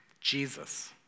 Jesus